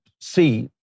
see